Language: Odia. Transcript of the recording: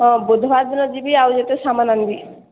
ହଁ ବୁଧୁବାର ଦିନ ଯିବି ଆଉ ଯେତେ ସାମାନ ଆଣିବି